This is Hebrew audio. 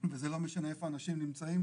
וזה לא משנה איפה אנשים נמצאים.